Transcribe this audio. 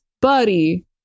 buddy